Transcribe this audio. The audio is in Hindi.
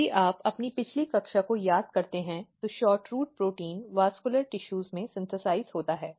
यदि आप अपने पिछले क्लास को याद करते हैं तो SHORTROOT प्रोटीन संवहनी ऊतकों में संश्लेषित होता है